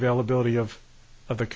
availability of of the